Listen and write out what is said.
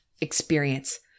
experience